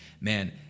man